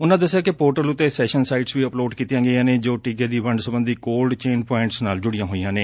ਉਨ੍ਹਾ ਦਸਿਆ ਕਿ ਪੋਰਟਲ ਤੇ ਸੈਸ਼ਨ ਸਾਈਟਸ ਵੀ ਅਪਲੋਡ ਕੀਤੀਆਂ ਗਈਆਂ ਨੇ ਜੋ ਟੀਕੇ ਦੀ ਵੰਡ ਸਬੰਧੀ ਕੋਲਡ ਚੇਨ ਪੁਆਇੰਟਸ ਨਾਲ ਜੁੜੀਆਂ ਹੋਈਆਂ ਨੇ